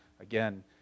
again